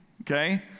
Okay